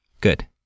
Good